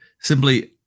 simply